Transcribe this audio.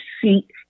seat